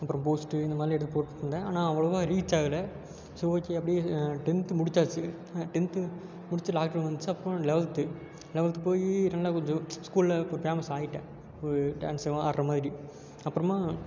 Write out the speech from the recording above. அப்புறம் போஸ்ட்டு இந்த மாதிரிலாம் எடுத்து போட்டுகிட்டுருந்தேன் ஆனால் அவ்வளோவா ரீச் ஆகலை ஸோ ஓகே அப்படியே டென்த்து முடிச்சாச்சு டென்த்து முடித்து லாக் டவுன் வந்துச்சு அப்புறம் லெவல்த்து லெவல்த்து போய் நல்லா கொஞ்சம் ஸ்கூலில் அப்போ ஃபேமஸ் ஆகிட்டேன் ஒரு டான்ஸ்செலாம் ஆடுகிற மாதிரி அப்புறமா